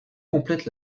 complète